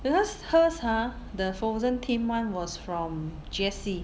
because hers ha the Frozen theme [one] was from G_S_C